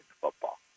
football